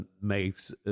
makes